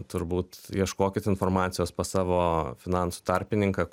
turbūt ieškokit informacijos pas savo finansų tarpininką